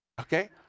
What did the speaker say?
okay